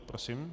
Prosím.